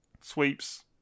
sweeps